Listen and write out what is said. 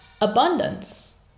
abundance